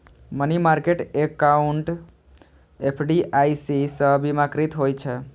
money market account FDIC सं बीमाकृत होइ छै